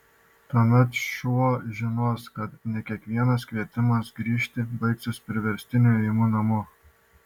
tuomet šuo žinos kad ne kiekvienas kvietimas grįžti baigsis priverstiniu ėjimu namo